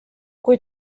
kui